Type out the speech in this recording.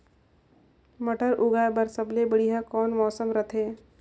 मटर उगाय बर सबले बढ़िया कौन मौसम रथे?